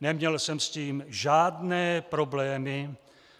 Neměl jsem s tím žádné problémy,